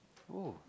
oh